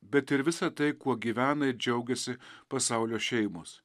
bet ir visą tai kuo gyvena ir džiaugiasi pasaulio šeimos